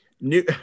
New